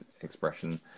expression